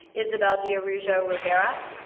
izabel dearaujo-rivera.